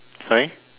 sorry